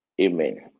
Amen